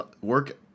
Work